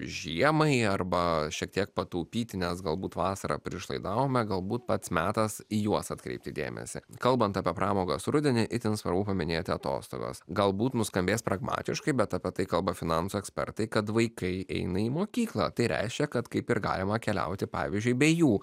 žiemai arba šiek tiek pataupyti nes galbūt vasarą per išlaidavome galbūt pats metas į juos atkreipti dėmesį kalbant apie pramogas rudenį itin svarbu paminėti atostogas galbūt nuskambės pragmatiškai bet apie tai kalba finansų ekspertai kad vaikai eina į mokyklą tai reiškia kad kaip ir galima keliauti pavyzdžiui be jų